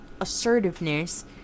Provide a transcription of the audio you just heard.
assertiveness